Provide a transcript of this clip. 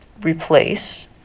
replace